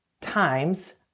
times